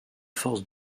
force